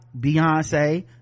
beyonce